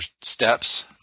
steps